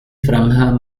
franja